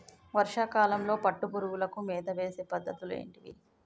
వర్షా కాలంలో పట్టు పురుగులకు మేత వేసే పద్ధతులు ఏంటివి?